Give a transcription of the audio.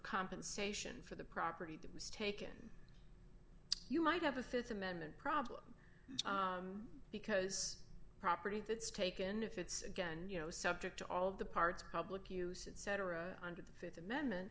compensation for the property that was taken you might have a th amendment problem because property that's taken if it's again you know subject to all of the parts public use etc under the th amendment